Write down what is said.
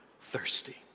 thirsty